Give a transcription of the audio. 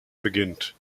beginnt